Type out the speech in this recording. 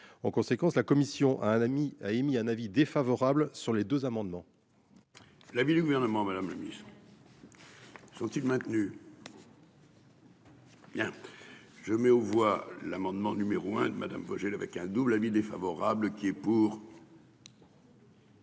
En conséquence la Commission à un ami a émis un avis défavorable sur les deux amendements.-- L'avis du gouvernement. Madame le Ministre.-- Sont-ils maintenus.-- Bien. Je mets aux voix l'amendement numéro 1 de madame Vogel avec un double avis défavorable qui est pour.--